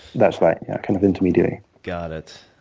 that's right, yeah, a kind of intermediary. got it.